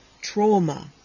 trauma